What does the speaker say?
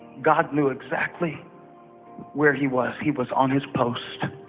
god knew exactly where he was. he was on his post.